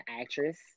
actress